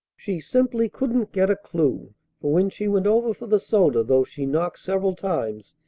she simply couldn't get a clew for, when she went over for the soda, though she knocked several times,